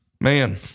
Man